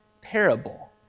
parable